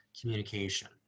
communication